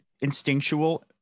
instinctual